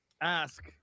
ask